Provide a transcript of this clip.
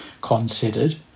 considered